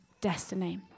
destiny